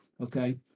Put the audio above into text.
okay